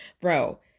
bro